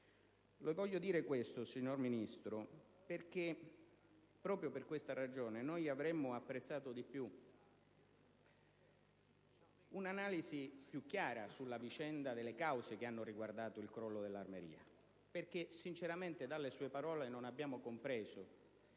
Voglio dire questo, signor Ministro, perché proprio per questa ragione avremmo apprezzato di più un'analisi più chiara sulla vicenda delle cause che hanno riguardato il crollo dell'Armeria. Infatti, sinceramente dalle sue parole non abbiamo compreso